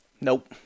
Nope